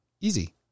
Easy